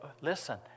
listen